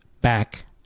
back